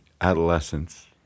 adolescence